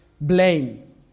blame